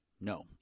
No